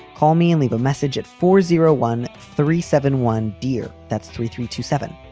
call me and leave a message at four zero one three seven one, dear. that's three three two seven.